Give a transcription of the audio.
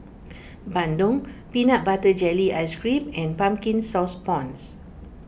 Bandung Peanut Butter Jelly Ice Cream and Pumpkin Sauce Prawns